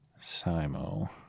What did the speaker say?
Simo